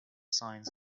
signs